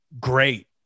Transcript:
great